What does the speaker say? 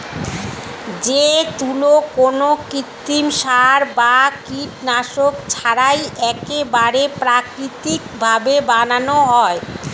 যে তুলো কোনো কৃত্রিম সার বা কীটনাশক ছাড়াই একেবারে প্রাকৃতিক ভাবে বানানো হয়